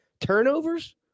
Turnovers